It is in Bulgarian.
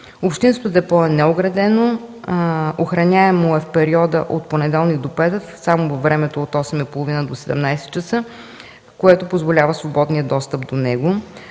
Общинското депо е неоградено, охраняемо е в периода от понеделник до петък само във времето от 8,30 до 17,00 ч., което позволява свободния достъп до него.